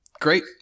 Great